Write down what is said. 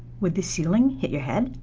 would the ceiling hit your head?